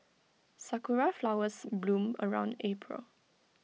Sakura Flowers bloom around April